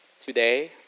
today